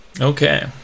Okay